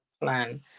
plan